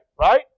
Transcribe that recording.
right